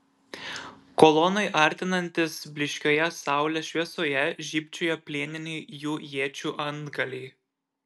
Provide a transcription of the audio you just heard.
kolonai artinantis blyškioje saulės šviesoje žybčiojo plieniniai jų iečių antgaliai